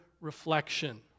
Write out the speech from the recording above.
reflection